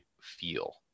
feel